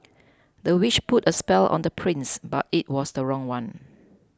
the witch put a spell on the prince but it was the wrong one